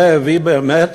זה הביא באמת